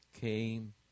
came